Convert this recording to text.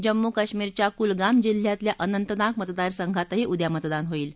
जम्मू कश्मीरच्या कुलगाम जिल्ह्यातल्या अनंतनाग मतदार संघातही उद्या मतदान होईल